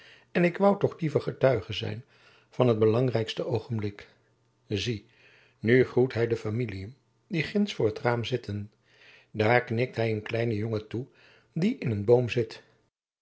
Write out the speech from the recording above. en ik woû toch liever getuige zijn van t belangrijkste oogenblik zie nu groet hy de familiën die ginds voor t raam zitten daar knikt hy een kleinen jongen toe die in een boom zit